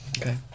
Okay